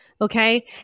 Okay